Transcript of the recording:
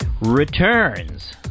returns